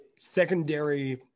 secondary